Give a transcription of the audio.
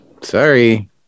sorry